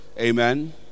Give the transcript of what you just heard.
Amen